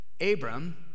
Abram